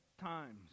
times